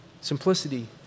simplicity